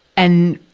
and,